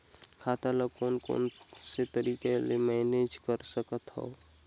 खाता ल कौन कौन से तरीका ले मैनेज कर सकथव?